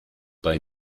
bei